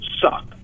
suck